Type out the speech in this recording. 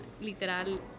literal